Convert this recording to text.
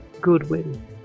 Goodwin